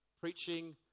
preaching